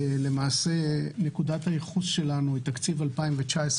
למעשה נקודת הייחוס שלנו היא תקציב 2019,